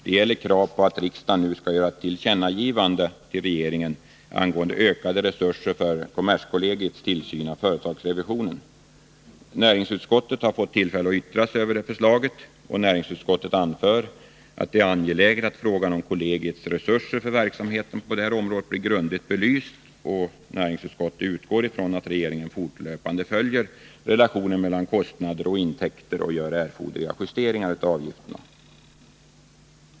Det gäller kravet på att riksdagen nu skall göra ett tillkännagivande till regeringen angående ökade resurser för kommerskollegiets tillsyn av företagsrevisionen. Näringsutskottet har fått möjlighet att yttra sig över det förslaget. Näringsutskottet anför att det är angeläget att frågan om kollegiets resurser för verksamheten på det här området blir grundligt belyst, och näringsutskottet utgår ifrån att regeringen fortlöpande följer relationen mellan kostnader och intäkter och gör erforderliga justeringar av avgifterna.